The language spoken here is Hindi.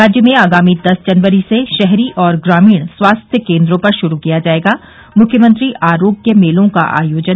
राज्य में आगामी दस जनवरी से शहरी और ग्रामीण स्वास्थ्य केन्द्रों पर शुरू किया जायेगा मुख्यमंत्री आरोग्य मेलों का आयोजन